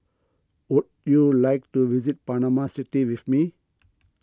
would you like to visit Panama City with me